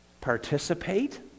participate